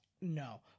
No